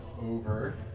over